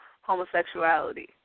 homosexuality